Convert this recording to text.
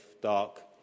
dark